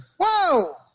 Whoa